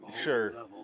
Sure